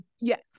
Yes